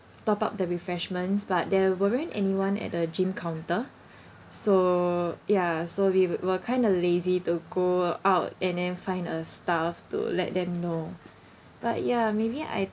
top up the refreshments but there weren't anyone at the gym counter so ya so we were kind of lazy to go out and then find a staff to let them know but ya maybe I